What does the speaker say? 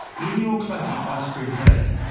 in your classic ice-cream headache,